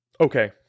okay